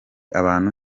abantu